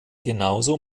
genauso